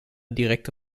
direkte